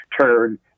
turn